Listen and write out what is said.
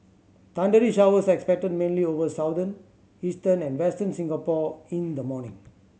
thundery showers are expected mainly over Southern Eastern and Western Singapore in the morning